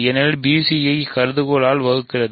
ஏனெனில் bc யை கருதுகோள்களால் வகுக்கிறது